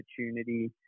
opportunity